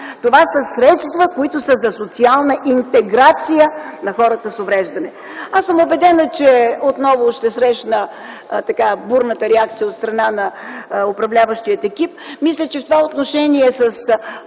Това са средства, които са за социална интеграция на хората с увреждане. Аз съм убедена, че отново ще срещна бурната реакция от страна на управляващия екип. Мисля, че в това отношение с